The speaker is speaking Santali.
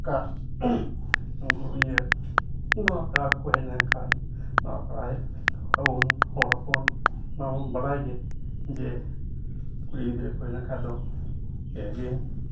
ᱚᱱᱠᱟ ᱩᱱᱠᱩ ᱤᱭᱟᱹ ᱱᱟᱣᱟ ᱯᱮᱲᱟ ᱠᱚᱠᱚ ᱦᱮᱡ ᱞᱮᱱᱠᱷᱟᱡ ᱱᱚᱣᱟ ᱯᱮᱲᱟ ᱦᱮᱡ ᱠᱟᱛᱮ ᱟᱵᱚᱨᱮᱱ ᱦᱚᱲ ᱦᱚᱯᱚᱱ ᱢᱟᱵᱚᱱ ᱵᱟᱰᱟᱭ ᱜᱮ ᱡᱮ ᱠᱩᱲᱤ ᱜᱤᱫᱽᱨᱟᱹ ᱠᱚ ᱦᱮᱡ ᱞᱮᱱᱠᱷᱟᱡ ᱫᱚ ᱯᱮ ᱫᱤᱱ